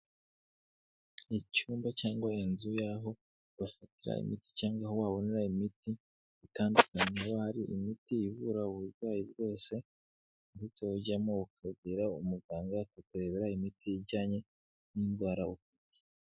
Icyumba cyangwa inzu y'aho bafatira imiti cyangwa aho wabonera imiti itandukanye, aho hari imiti ivura uburwayi bwose, ndetse ujyamo ukabwira umuganga akakurebera imiti ijyanye n'indwara ufite.